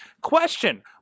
Question